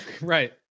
Right